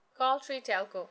call three telco